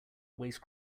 waste